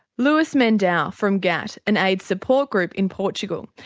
luis mendao from gat, an aids support group in portugal,